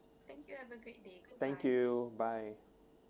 thank you bye